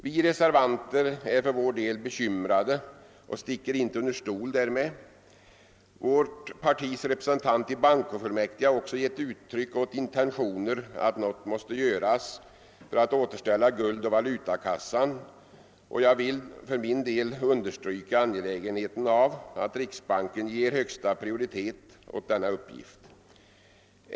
Vi reservanter är bekymrade och sticker inte under stol därmed. Vårt partis representant i bankofullmäktige har också givit uttryck åt meningen att något måste göras för att återställa guldoch valutakassan. Jag vill för min del understryka angelägenheten av att riksbanken ger högsta prioritet åt denna uppgift.